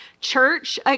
church